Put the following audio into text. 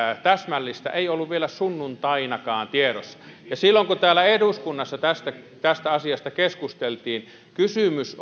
täsmällistä ei ollut vielä sunnuntainakaan tiedossa ja silloin kun täällä eduskunnassa tästä tästä asiasta keskusteltiin kysymys